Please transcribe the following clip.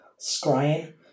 Scrying